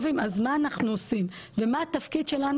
קשה יום לפני ואז מגיעה חסרת סבלנות